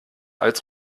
als